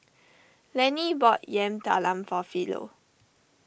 Lenny bought Yam Talam for Philo